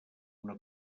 una